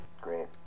Great